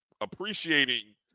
appreciating